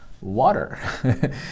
water